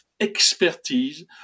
expertise